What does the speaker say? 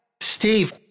Steve